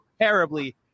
terribly